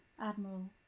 Admiral